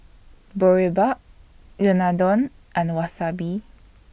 Boribap Unadon and Wasabi